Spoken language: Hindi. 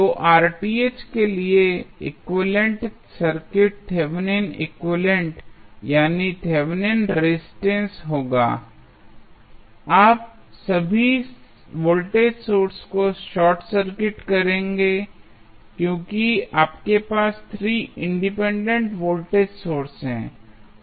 तो के लिए equivalent circuit Thevenin equivalent Thevenins equivalent यानी थेवेनिन रेजिस्टेंस होगा आप सभी वोल्टेज सोर्सेज को शॉर्ट सर्किट करेंगे क्योंकि आपके पास 3 इंडिपेंडेंट वोल्टेज सोर्स हैं